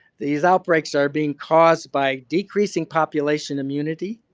these outbreaks are being caused by decreasing population immunity,